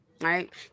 right